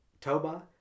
Toba